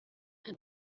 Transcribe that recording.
ein